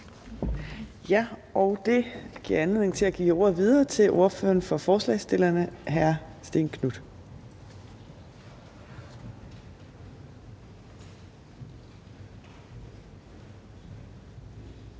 Torp): Det giver anledning til at give ordet videre til ordføreren for forslagsstillerne, hr. Stén Knuth.